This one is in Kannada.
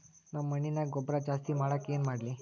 ನಮ್ಮ ಮಣ್ಣಿನ್ಯಾಗ ಗೊಬ್ರಾ ಜಾಸ್ತಿ ಮಾಡಾಕ ಏನ್ ಮಾಡ್ಲಿ?